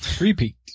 repeat